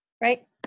right